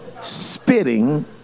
spitting